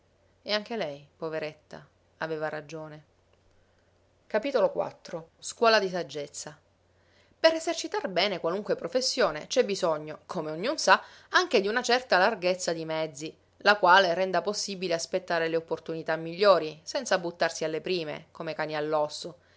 e anche lei poveretta aveva ragione per esercitar bene qualunque professione c'è bisogno come ognun sa anche di una certa larghezza di mezzi la quale renda possibile aspettare le opportunità migliori senza buttarsi alle prime come cani